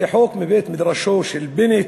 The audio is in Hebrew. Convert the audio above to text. זה חוק מבית-מדרשו של בנט,